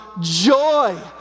joy